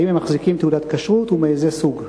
האם הם מחזיקים תעודת כשרות ומאיזה סוג.